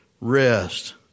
rest